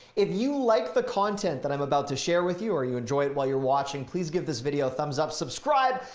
if you like the content that am about to share with you or you enjoy it while you are watching please give this video a thumbs up, subscribe,